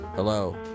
Hello